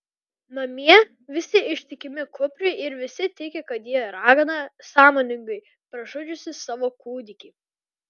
namie visi ištikimi kupriui ir visi tiki kad ji ragana sąmoningai pražudžiusi savo kūdikį